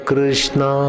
Krishna